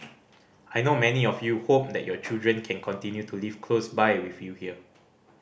I know many of you home that your children can continue to live close by with you here